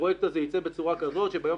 לפרויקט הזה ייצא בצורה כזאת שביום